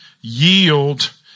yield